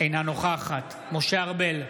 אינה נוכחת משה ארבל,